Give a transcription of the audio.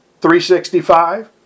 365